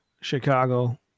chicago